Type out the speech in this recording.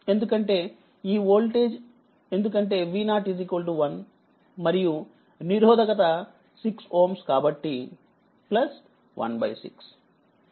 ఎందుకంటే ఈ ఓల్టేజి ఎందుకంటేV01 మరియునిరోధకత 6 Ω కాబట్టి 16